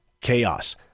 chaos